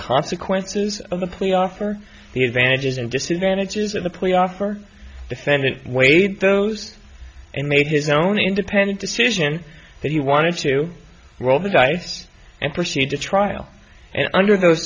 consequences of the plea offer the advantages and disadvantages of the plea offer defendant weighed those and made his own independent decision that he wanted to roll the dice and proceed to trial and under those